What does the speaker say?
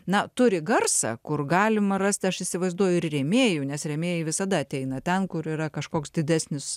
na turi garsą kur galima rasti aš įsivaizduoju ir rėmėjų nes rėmėjai visada ateina ten kur yra kažkoks didesnis